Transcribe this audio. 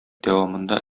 дәвамында